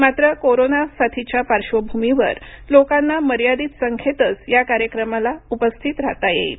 मात्र कोरोनाच्या साथीच्या पार्श्वभूमीवर लोकांना मर्यादित संख्येतच या कार्यक्रमात उपस्थित राहता येईल